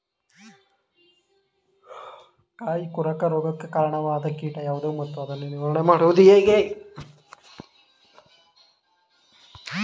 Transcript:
ಕಾಯಿ ಕೊರಕ ರೋಗಕ್ಕೆ ಕಾರಣವಾದ ಕೀಟ ಯಾವುದು ಮತ್ತು ಅದನ್ನು ನಿವಾರಣೆ ಮಾಡುವುದು ಹೇಗೆ?